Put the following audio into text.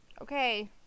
Okay